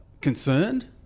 concerned